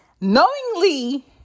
Knowingly